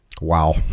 Wow